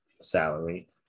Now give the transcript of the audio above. salary